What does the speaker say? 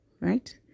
right